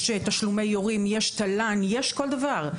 יש תשלומי הורים, יש תל"ן, יש כל דבר.